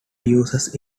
uses